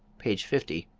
page fifty,